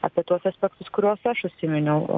apie tuos aspektus kuriuos aš užsiminiau